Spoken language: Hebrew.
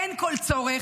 אין כל צורך,